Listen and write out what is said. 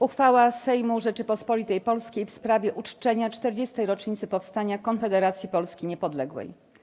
Uchwała Sejmu Rzeczypospolitej Polskiej w sprawie uczczenia 40. rocznicy powstania Konfederacji Polski Niepodległej.